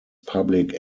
public